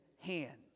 hand